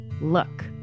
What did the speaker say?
look